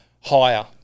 higher